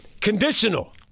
conditional